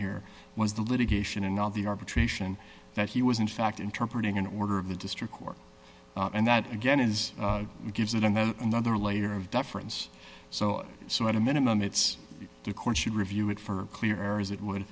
here was the litigation in all the arbitration that he was in fact interpret in an order of the district court and that again is gives it and then another layer of deference so so at a minimum it's the courts should review it for clear areas it would